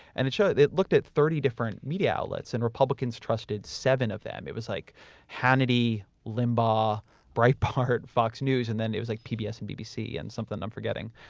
and it shows, it looked at thirty different media outlets and republicans trusted seven of them. it was like hannity, limbaugh breitbart, fox news and then it was like pbs and bbc and something, i'm forgetting.